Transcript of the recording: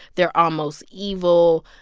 they're almost evil.